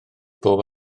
bob